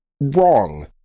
wrong